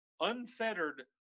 unfettered